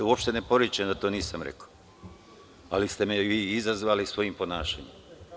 Uopšte ne poričem da to nisam rekao, ali ste me vi izazvali svojim ponašanjem.